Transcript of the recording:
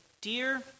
dear